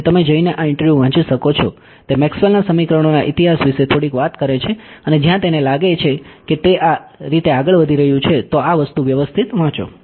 તેથી તમે જઈને આ ઈન્ટરવ્યુ વાંચી શકો છો તે મેક્સવેલના સમીકરણોના ઈતિહાસ વિશે થોડીક વાત કરે છે અને જ્યાં તેને લાગે છે કે તે આ રીતે આગળ વધી રહ્યું છે તો આ વસ્તુ વ્યવસ્થિત વાંચો